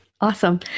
Awesome